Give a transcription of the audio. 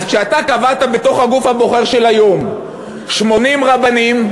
אז כשאתה קבעת בתוך הגוף הבוחר של היום 80 רבנים,